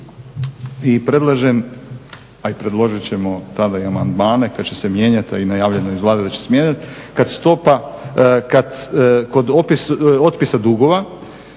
I predlažem a i predložit ćemo tada i amandmane kada će se mijenjati a i najavljeno je iz Vlade da će se mijenjati kad stopa, kad kod otpisa dugova,